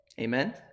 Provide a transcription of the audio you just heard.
Amen